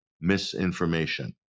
misinformation